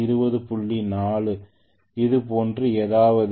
4 அது போன்ற ஏதாவது